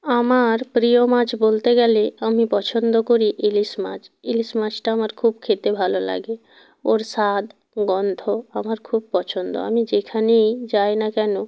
আমার প্রিয় মাছ বলতে গেলে আমি পছন্দ করি ইলিশ মাছ ইলিশ মাছটা আমার খুব খেতে ভালো লাগে ওর স্বাদ গন্ধ আমার খুব পছন্দ আমি যেখানেই যাই না কেন